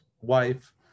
wife